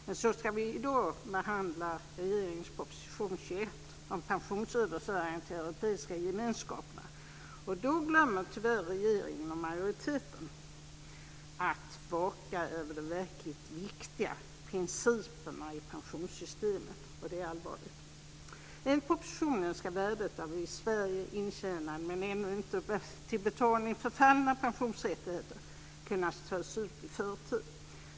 Men i dag ska vi behandla regeringens proposition 21 om pensionsöverföringar till Europeiska gemenskaperna, och då glömmer tyvärr regeringen och majoriteten att vaka över de verkligt viktiga principerna i pensionssystemet. Det är allvarligt. Enligt propositionen ska värdet av i Sverige intjänade men ännu inte till betalning förfallna pensionsrätter kunna tas ut i förtid.